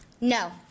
No